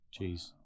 Jeez